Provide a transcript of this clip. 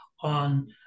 on